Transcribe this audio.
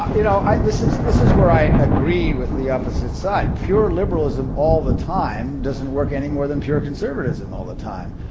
you know, i this is this is where i agree with the opposite side. pure liberalism all the time doesn't work anymore than pure conservatism all the time.